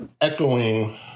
echoing